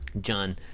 John